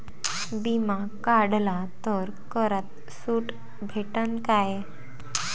बिमा काढला तर करात सूट भेटन काय?